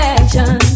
Action